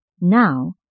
Now